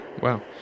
wow